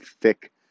thick